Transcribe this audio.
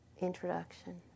introduction